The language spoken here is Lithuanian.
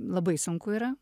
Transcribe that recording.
labai sunku yra